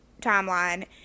timeline